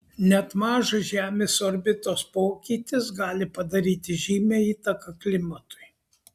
net mažas žemės orbitos pokytis gali padaryti žymią įtaką klimatui